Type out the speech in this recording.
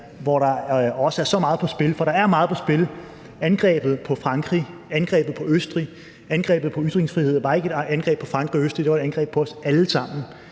hvor der også er så meget på spil – for der er meget på spil, og angrebet på Frankrig, angrebet på Østrig, angrebet på ytringsfriheden, var ikke bare et angreb på Frankrig og Østrig, men det var et angreb på os alle sammen